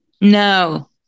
No